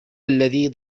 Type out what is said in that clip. الذي